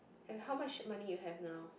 eh how much money you have now